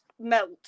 melt